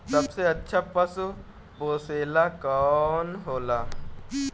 सबसे अच्छा पशु पोसेला कौन होला?